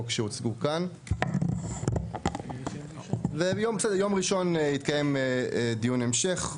שהוצגו כאן וביום ראשון יתקיים דיון המשך,